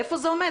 איפה זה עומד,